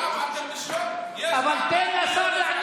אני מקווה שהם גם יעברו הכשרות מקצועיות נוספות שיאפשרו להם